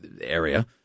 area